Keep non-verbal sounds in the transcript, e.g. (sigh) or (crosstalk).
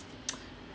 (noise)